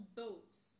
boats